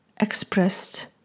expressed